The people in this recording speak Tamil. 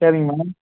சரிங்க மேம்